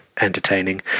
entertaining